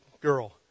girl